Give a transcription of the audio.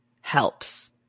helps